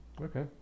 Okay